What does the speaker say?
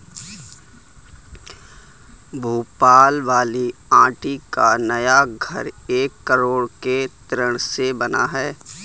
भोपाल वाली आंटी का नया घर एक करोड़ के ऋण से बना है